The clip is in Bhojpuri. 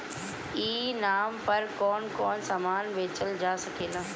ई नाम पर कौन कौन समान बेचल जा सकेला?